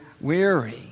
weary